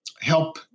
help